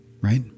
right